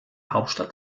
hauptstadt